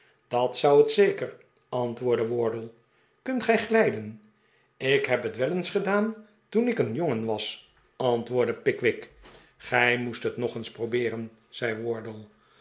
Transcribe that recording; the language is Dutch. dat zou het zeker antwoordde wardle kunt gij glijden ik heb het wel eens gedaan toen ik een jongen was antwoordde pickwick gij moest het nog eens probeeren zei